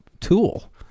tool